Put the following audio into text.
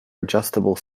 adjustable